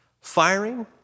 firing